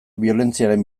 biolentziaren